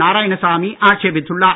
Narayanasamy ஆட்சேபித்துள்ளார்